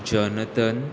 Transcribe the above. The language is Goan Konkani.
जॉनतन